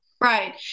Right